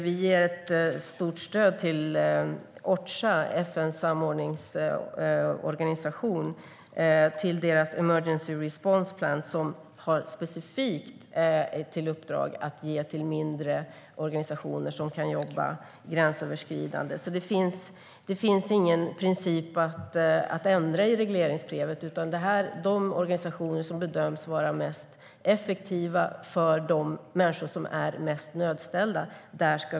Vi ger ett stort stöd till Ocha, FN:s samordningsorganisation, och deras emergency response plan som har som specifikt uppdrag att ge stöd till mindre organisationer som kan jobba gränsöverskridande. Det finns alltså ingen princip att ändra i regleringsbrevet. Vi ska använda de organisationer som bedöms vara mest effektiva som kanaler för de mest nödställda.